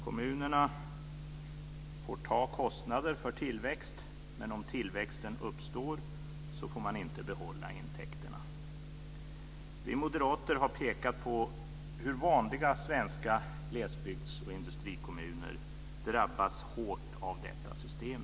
Kommunerna får ta kostnaderna för tillväxten. Men om tillväxten uppstår får de inte behålla intäkterna. Vi moderater har pekat på hur vanliga svenska glesbygds och industrikommuner drabbas hårt av detta system.